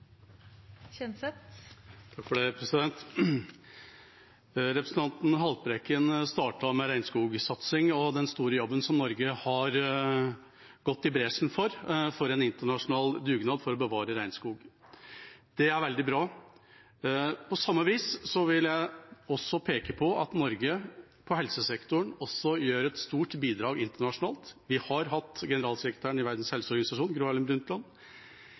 Representanten Haltbrekken startet med regnskogsatsing og den store jobben som Norge har gått i bresjen for, en internasjonal dugnad for å bevare regnskog. Det er veldig bra. På samme vis vil jeg peke på at Norge innen helsesektoren også gir et stort bidrag internasjonalt. Vi har hatt generalsekretæren i Verdens helseorganisasjon, Gro Harlem Brundtland.